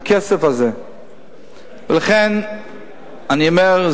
לכן אני אומר,